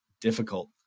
difficult